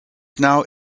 now